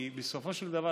בסופו של דבר,